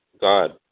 God